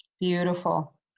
Beautiful